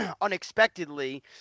unexpectedly